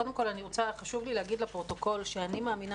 קודם כל חשוב לי להגיד לפרוטוקול שאני מאמינה